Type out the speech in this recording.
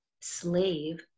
slave